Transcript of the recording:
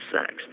sex